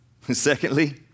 Secondly